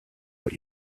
what